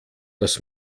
dass